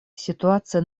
ситуация